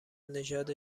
نژاد